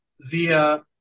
via